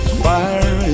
fire